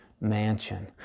mansion